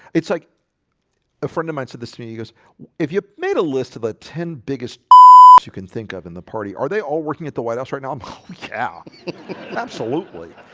it's like a friend of mine said this to me he goes if you made a list of a ten biggest ah you can think of in the party. are they all working at the white house right now? i'm yeah absolutely,